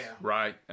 Right